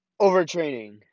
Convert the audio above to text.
overtraining